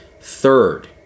Third